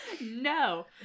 no